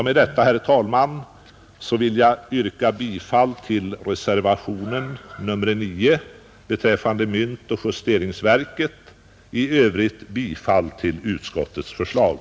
Med detta, herr talman, vill jag yrka bifall till reservationen 9 beträffande myntoch justeringsverket och i övrigt bifall till utskottets förslag.